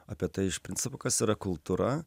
apie tai iš principo kas yra kultūra